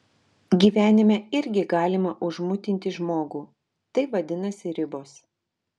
gyvenime irgi galima užmutinti žmogų tai vadinasi ribos